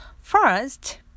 First